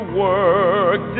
work